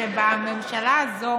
שבממשלה הזאת